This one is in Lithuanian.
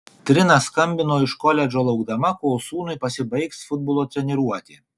trina skambino iš koledžo laukdama kol sūnui pasibaigs futbolo treniruotė